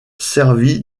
servi